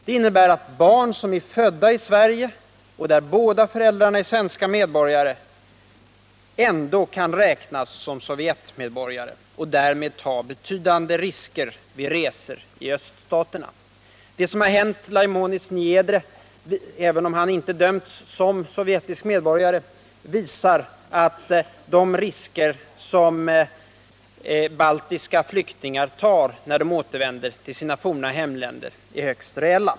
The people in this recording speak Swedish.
Det innebär att barn som är födda i Sverige och där båda föräldrarna är svenska medborgare ändå kan räknas som sovjetmedborgare och därmed tar betydande risker vid resor i öststaterna. Det som har hänt Laimons Niedre — även om han inte har dömts som sovjetisk medborgare — visar att de risker som baltiska flyktingar tar när de återvänder till sina forna hemländer är högst reella.